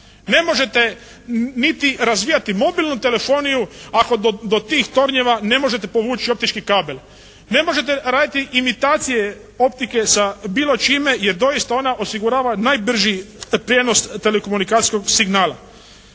Ne možete niti razvijati mobilnu telefoniju ako do tih tornjeva ne možete povući optički kabel. Ne možete raditi imitacije optike sa bilo čime jer doista ona osigurava najbrži prijenos telekomunikacijskog signala.